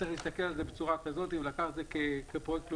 וצריך להסתכל על זה בצורה כזאת ולקחת את זה כפרויקט לאומי.